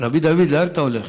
רבי דוד, לאן אתה הולך?